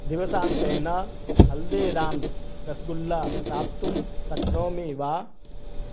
दिवसान्तेन हल्दीराम्स् रस्गुल्ला प्राप्तुं शक्नोमि वा